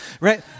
right